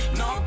no